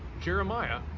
Jeremiah